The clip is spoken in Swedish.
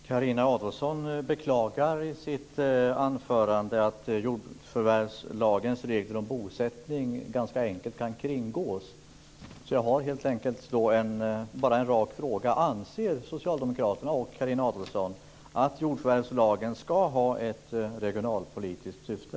Fru talman! Carina Adolfsson beklagar i sitt anförande att jordförvärvslagens regler om bosättning ganska enkelt kan kringgås. Då har jag bara en rak fråga: Anser socialdemokraterna och Carina Adolfsson att jordförvärvslagen ska ha ett regionalpolitiskt syfte?